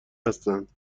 هستند